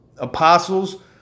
apostles